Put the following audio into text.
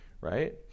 right